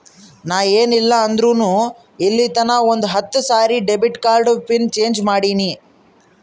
ನಾ ಏನ್ ಇಲ್ಲ ಅಂದುರ್ನು ಇಲ್ಲಿತನಾ ಒಂದ್ ಹತ್ತ ಸರಿ ಡೆಬಿಟ್ ಕಾರ್ಡ್ದು ಪಿನ್ ಚೇಂಜ್ ಮಾಡಿನಿ